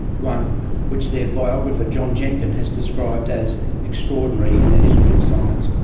one which, their biographer, john jenkin, has described as extraordinary in the history of science.